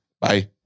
Bye